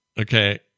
Okay